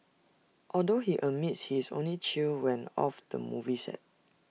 although he admits he is only chill when off the movie set